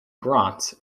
grants